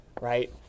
right